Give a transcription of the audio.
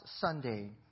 Sunday